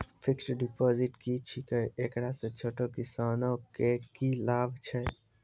Fixed deposit की छिकै, एकरा से छोटो किसानों के की लाभ छै?